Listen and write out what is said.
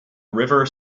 river